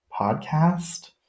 podcast